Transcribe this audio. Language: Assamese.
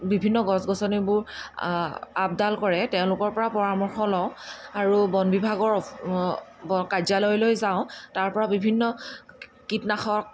বিভিন্ন গছ গছনিবোৰ আপডাল কৰে তেওঁলোকৰ পৰা পৰামৰ্শ লওঁ আৰু বনবিভাগৰ কাৰ্যালয়লৈ যাওঁ তাৰ পৰা বিভিন্ন কীটনাশক